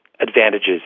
advantages